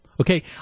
Okay